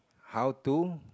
how to